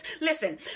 Listen